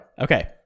Okay